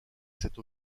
cette